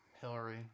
Hillary